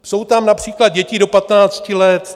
Jsou tam například děti do 15 let.